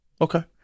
Okay